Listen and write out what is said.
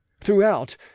throughout